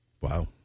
wow